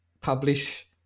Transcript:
publish